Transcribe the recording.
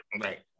Right